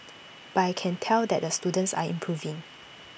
but I can tell that the students are improving